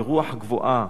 ורוח גבוהה,